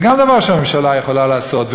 גם זה דבר שהממשלה יכולה לעשות,